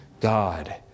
God